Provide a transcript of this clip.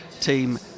team